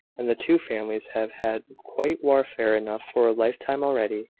and the two families have had quite warfare enough for a lifetime already.